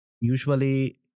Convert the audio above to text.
Usually